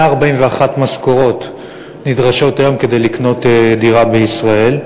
141 משכורות נדרשות היום כדי לקנות דירה בישראל.